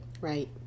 Right